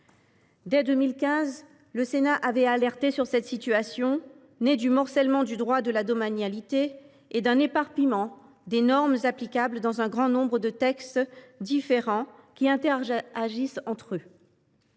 Dès 2015, le Sénat a alerté sur cette situation, née du « morcèlement » du droit de la domanialité et d’un « éparpillement des normes applicables dans un grand nombre de textes différents qui interagissent entre eux